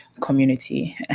community